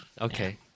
Okay